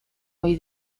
ohi